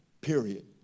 Period